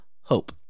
hope